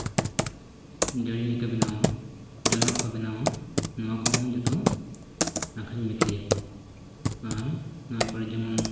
ᱡᱳᱭᱱᱤ ᱠᱚ ᱵᱮᱱᱟᱣᱟ ᱡᱚᱱᱚᱜ ᱠᱚ ᱵᱮᱱᱟᱣᱟ ᱱᱚᱣᱟ ᱠᱚᱦᱚᱸ ᱡᱚᱛᱚ ᱟᱹᱠᱷᱨᱤᱧ ᱵᱤᱠᱨᱤᱭᱟᱠᱚ ᱟᱨ ᱱᱚᱣᱟ ᱠᱚᱨᱮ ᱡᱮᱢᱚᱱ